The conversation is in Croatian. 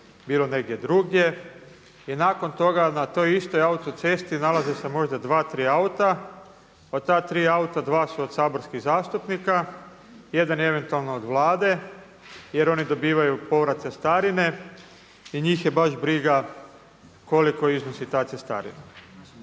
bilo negdje drugdje i nakon toga na toj istoj autocesti nalaze se možda dva, tri auta. Od ta tri auta dva su od saborskih zastupnika, jedan je eventualno od Vlade jer oni dobivaju povrat cestarine i njih je baš briga koliko iznosi ta cestarina.